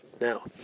Now